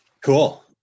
Cool